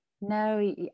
No